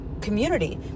community